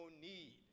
need